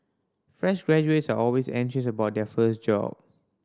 fresh graduates are always anxious about their first job